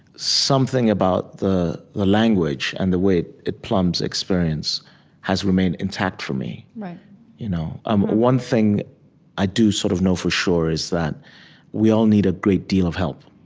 something about the language and the way it plumbs experience has remained intact for me you know um one thing i do sort of know for sure is that we all need a great deal of help.